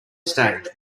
stage